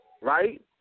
right